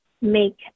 make